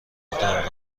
مطابق